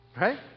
Right